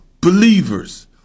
believers